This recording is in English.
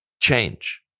change